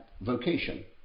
vocation